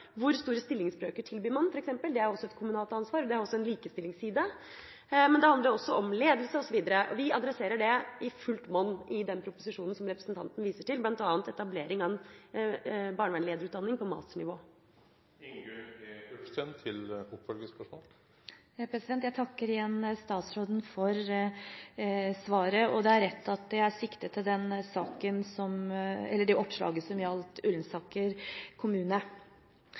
Hvor store stillingsbrøker f.eks. man tilbyr, er også et kommunalt ansvar. Det har også en likestillingsside. Men det handler også om ledelse osv. Vi adresserer det i fullt monn i den proposisjonen som representanten viser til, bl.a. ved etablering av en barnevernslederutdanning på masternivå. Jeg takker igjen statsråden for svaret. Det er rett at jeg sikter til det oppslaget som gjaldt Ullensaker kommune. Som nevnt i hovedspørsmålet mitt, har Romerikes Blad avdekket flere utfordringer i barnevernet. De hadde bl.a. et oppslag om Skedsmo kommune